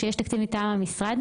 שיש תקציב מטעם המשרד.